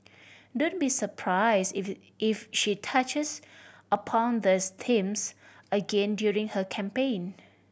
don't be surprised if if she touches upon these themes again during her campaign